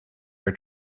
are